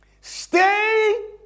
stay